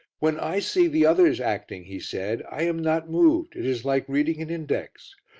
when i see the others acting, he said, i am not moved, it is like reading an index.